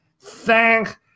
Thank